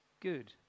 good